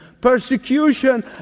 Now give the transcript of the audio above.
persecution